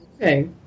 Okay